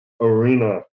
arena